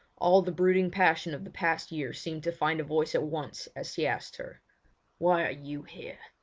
all the brooding passion of the past year seemed to find a voice at once as he asked her why are you here?